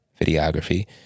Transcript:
videography